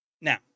Now